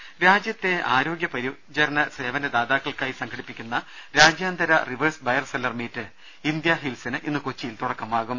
ദേദ രാജ്യത്തെ ആരോഗ്യ പരിചരണ സേവന ദാതാക്കൾക്കായി സംഘടിപ്പിക്കുന്ന രാജ്യാന്തര reverse buyer seller meet India ഹീൽസിന് ഇന്ന് കൊച്ചിയിൽ തുടക്കമാകും